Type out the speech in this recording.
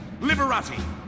Liberati